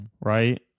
Right